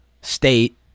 state